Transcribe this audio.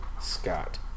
Scott